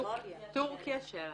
טורקיה שלס.